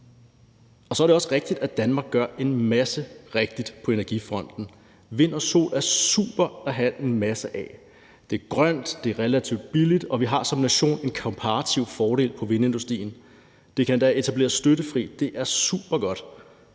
Så er det også rigtigt, at Danmark gør en masse rigtigt på energifronten. Vind- og solkraft er super at have en masse af – det er grønt, det er relativt billigt, og vi har som nation en komparativ fordel i vindindustrien. Det kan endda etableres støttefrit – det er supergodt.